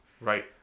Right